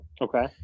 okay